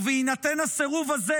ובהינתן הסירוב הזה,